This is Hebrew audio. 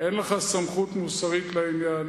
אין לך סמכות מוסרית לעניין,